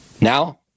Now